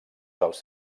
dels